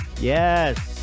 Yes